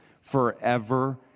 Forever